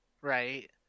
right